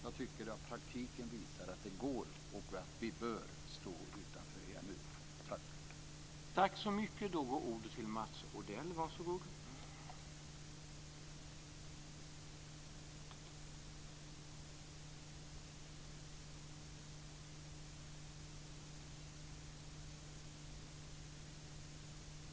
Jag tycker att praktiken visar att det går att stå och att vi bör stå utanför EMU.